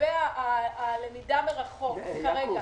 לגבי הלמידה מרחוק כרגע.